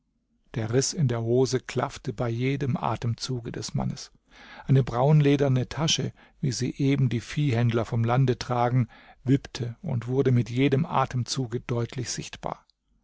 der riß in der hose klaffte bei jedem atemzuge des mannes eine braunlederne tasche wie sie eben die viehhändler vom lande tragen wippte und wurde mit jedem atemzuge deutlich sichtbar